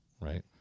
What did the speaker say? right